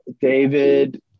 David